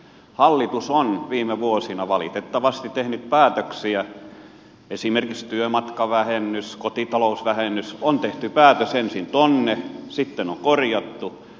hallitus on viime vuosina valitettavasti tehnyt päätöksiä esimerkiksi työmatkavähennys kotitalousvähennys on tehty päätös ensin tuonne sitten on korjattu